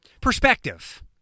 Perspective